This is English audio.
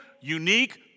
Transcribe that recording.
unique